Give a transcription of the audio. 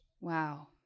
Wow